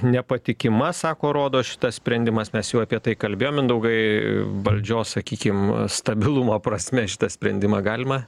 nepatikima sako rodo šitas sprendimas mes jau apie tai kalbėjom mindaugai valdžios sakykim stabilumo prasme šitą sprendimą galima